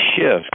shift